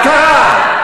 מה קרה?